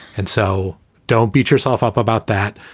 and so don't beat yourself up about that.